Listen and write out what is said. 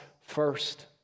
first